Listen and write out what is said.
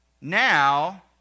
now